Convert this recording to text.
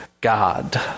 God